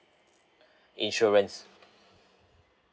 insurance